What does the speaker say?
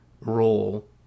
role